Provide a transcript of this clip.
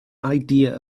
idea